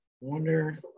Wonder